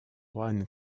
juan